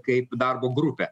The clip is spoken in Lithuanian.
kaip darbo grupę